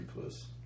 plus